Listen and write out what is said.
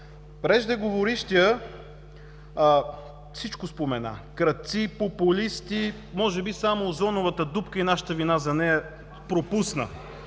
Преждеговорившият всичко спомена – крадци, популисти, може би само озоновата дупка и нашата вина за нея – пропусна.